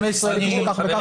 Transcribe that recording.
15,000 איש לכך וכך.